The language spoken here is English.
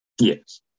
Yes